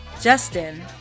Justin